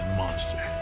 monster